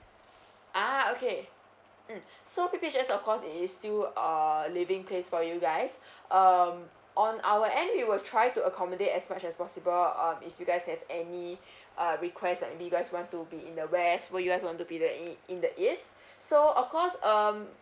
a'ah okay mm so P_P_H_S of course it is still uh living place for you guys um on our end we will try to accommodate as much as possible uh if you guys have any uh request that you guys want to be in the west will you guys want to be the in in the east so of course um